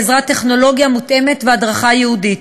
בעזרת טכנולוגיה מותאמת והדרכה ייעודית.